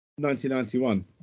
1991